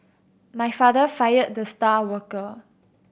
my father fired the star worker